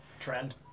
Trend